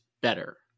better